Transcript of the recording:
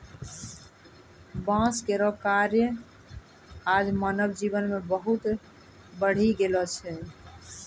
बांस केरो कार्य आज मानव जीवन मे बहुत बढ़ी गेलो छै